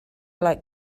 like